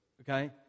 okay